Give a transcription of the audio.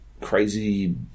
crazy